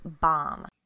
bomb